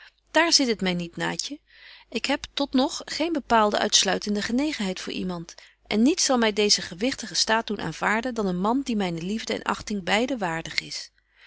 dààr zit het my niet naatje ik heb tot nog geen bepaalde uitsluitende genegenheid voor iemand en niets zal my deezen gewigtigen staat doen aanvaarden dan een man die myne liefde en achting beide waardig is